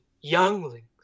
younglings